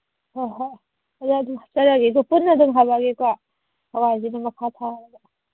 ꯍꯣꯍꯣꯏ ꯑꯗ ꯑꯗꯨꯝ ꯍꯥꯞꯆꯔꯛꯑꯒꯦ ꯄꯨꯟꯅ ꯑꯗꯨꯝ ꯍꯥꯞꯄꯛꯑꯒꯦꯀꯣ ꯍꯋꯥꯏꯁꯤꯅ ꯃꯈꯥ ꯊꯥꯔꯒ